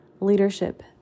leadership